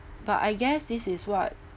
but I guess this is what